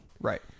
right